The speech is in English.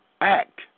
act